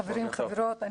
חברים וחברות,